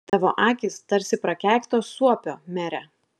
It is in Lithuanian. tavo akys tarsi prakeikto suopio mere